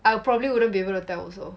I probably wouldn't be able to tell also